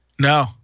No